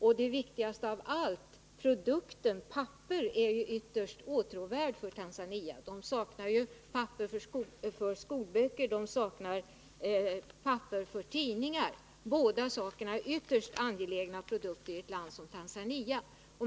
Och det viktigaste av allt: produkten papper är ytterst åtråvärd för Tanzania — landet saknar ju papper för både skolböcker och tidningar, produkter som är ytterst angelägna i ett land som Tanzania.